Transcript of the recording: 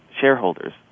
shareholders